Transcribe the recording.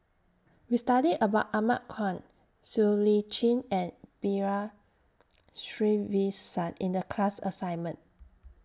We studied about Ahmad Khan Siow Lee Chin and B R Sreenivasan in The class assignment